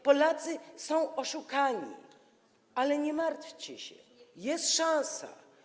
Polacy zostali oszukani, ale nie martwcie się, jest szansa.